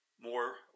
more